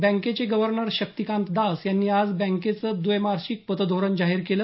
बँकेचे गव्हर्नर शक्तिकांत दास यांनी आज बँकेचं द्वैमासिक पतधोरण जाहीर केलं